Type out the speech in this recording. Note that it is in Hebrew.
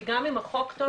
כי גם אם החוק טוב,